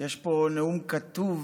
יש פה נאום כתוב,